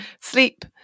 Sleep